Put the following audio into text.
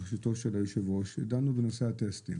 בראשותו של היושב-ראש, דנו בנושא הטסטים